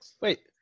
Wait